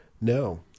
no